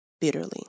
bitterly